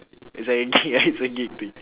is like a gig ya it's a gig thing